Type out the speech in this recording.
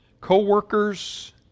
co-workers